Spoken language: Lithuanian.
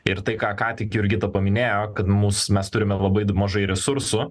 ir tai ką ką tik jurgita paminėjo kad mūs mes turime labai mažai resursų